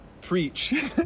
preach